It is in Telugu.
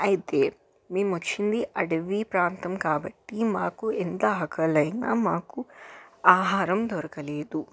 అయితే మేము వచ్చింది అడవి ప్రాంతం కాబట్టి మాకు ఎంత ఆకలైనా మాకు ఆహారం దొరకలేదు